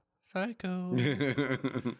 psycho